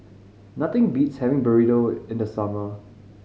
nothing beats having Burrito in the summer